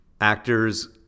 actors